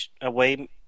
away